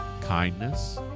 kindness